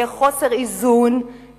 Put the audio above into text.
יהיה חוסר איזון,